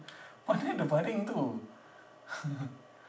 mana ada baring itu